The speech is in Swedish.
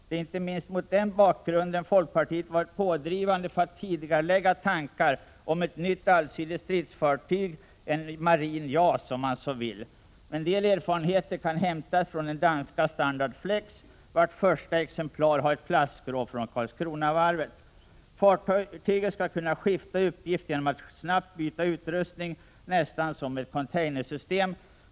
Det är inte minst mot den bakgrunden folkpartiet varit pådrivande för att tidigarelägga tankar på ett nytt allsidigt stridsfartyg — en marin JAS, om man så vill. En del erfarenheter kan hämtas från danska Standard Flex, vars första exemplar har ett plastskrov från Karlskronavarvet. Fartyget skall kunna skifta uppgift genom att snabbt byta utrustning, nästan som i ett containersystem.